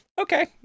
okay